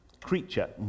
creature